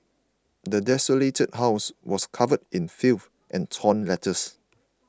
the desolated house was covered in filth and torn letters